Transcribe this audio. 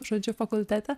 žodžiu fakultete